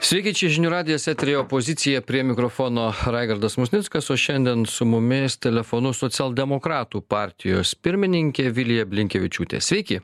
sveiki čia žinių radijas eteryje opozicija prie mikrofono raigardas musnickas o šiandien su mumis telefonu socialdemokratų partijos pirmininkė vilija blinkevičiūtė sveiki